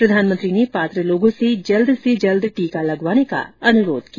प्रधानमंत्री ने पात्र लोगों से जल्द से जल्द टीका लगवाने का अनुरोध किया